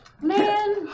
Man